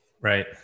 Right